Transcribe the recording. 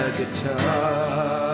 guitar